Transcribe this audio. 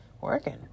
working